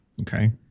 Okay